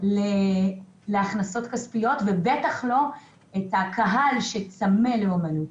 להכנסות כספיות ובטח לא את הקהל שצמא לאמנות.